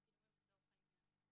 הוראות החוק.